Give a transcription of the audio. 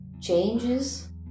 changes